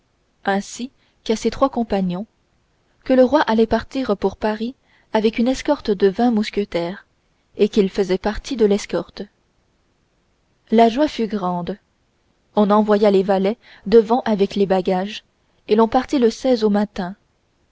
ainsi qu'à ses trois compagnons que le roi allait partir pour paris avec une escorte de vingt mousquetaires et qu'ils faisaient partie de l'escorte la joie fut grande on envoya les valets devant avec les bagages et l'on partit le au matin